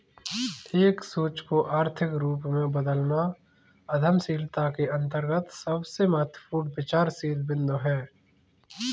एक सोच को आर्थिक रूप में बदलना उद्यमशीलता के अंतर्गत सबसे महत्वपूर्ण विचारशील बिन्दु हैं